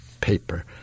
paper